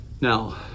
Now